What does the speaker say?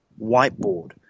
whiteboard